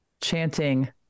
chanting